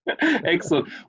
Excellent